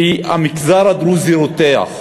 כי המגזר הדרוזי רותח.